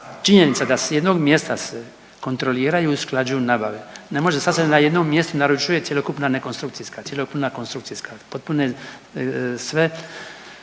činjenica s jednog mjesta se kontroliraju i usklađuju nabave. Ne može sasvim na jednu mjestu naručuje nekonstrukcijska, cjelokupna konstrukcijska, potpuno je